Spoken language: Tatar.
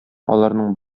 аларның